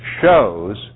shows